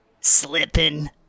slipping